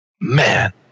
man